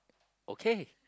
okay